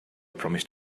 promised